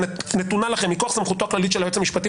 נתונה לכם מכוח סמכותו הכללית של היועץ המשפטי,